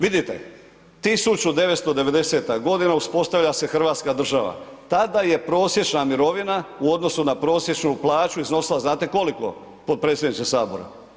Vidite 1990. je godina, uspostavlja se Hrvatska država, tada je prosječna mirovina u odnosu na prosječnu plaću iznosila, znate koliko potpredsjedniče Sabora?